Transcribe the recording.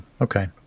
okay